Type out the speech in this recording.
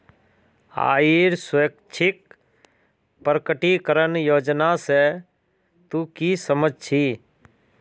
आइर स्वैच्छिक प्रकटीकरण योजना से तू की समझ छि